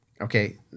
Okay